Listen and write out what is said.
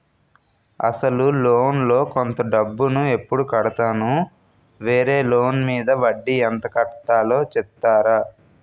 అసలు లోన్ లో కొంత డబ్బు ను ఎప్పుడు కడతాను? వేరే లోన్ మీద వడ్డీ ఎంత కట్తలో చెప్తారా?